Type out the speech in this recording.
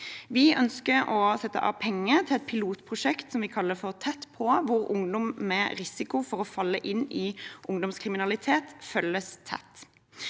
Vi ønsker å sette av penger til et pilotprosjekt som vi kaller «Tett på», hvor ungdom med risiko for å falle inn i ungdomskriminalitet følges tett.